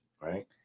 right